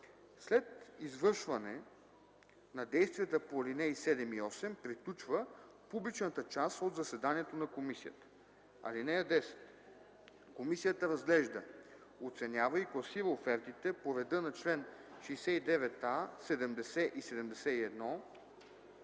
След извършване на действията по ал. 7 и 8 приключва публичната част от заседанието на комисията. (10) Комисията разглежда, оценява и класира офертите по реда на чл. 69а, 70 и 71,